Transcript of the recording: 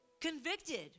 convicted